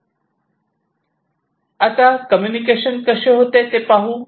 आता कम्युनिकेशन कसे होते ते पाहू